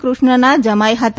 કૃષ્ણના જમાઇ હતા